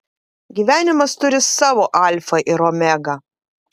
gyvenimas turi savo alfą ir omegą